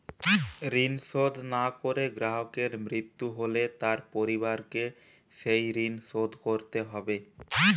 ঋণ শোধ না করে গ্রাহকের মৃত্যু হলে তার পরিবারকে সেই ঋণ শোধ করতে হবে?